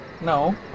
no